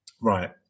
Right